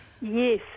Yes